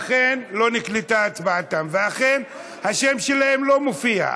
ואכן לא נקלטה הצבעתם, ואכן השם שלהם לא מופיע.